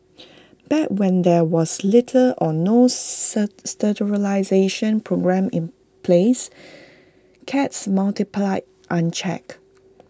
back when there was little or no sterilisation programme in place cats multiplied unchecked